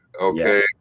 okay